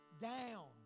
down